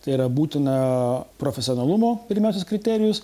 tai yra būtina profesionalumo pirmasis kriterijus